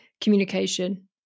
communication